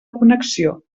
connexió